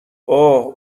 اوه